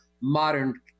modern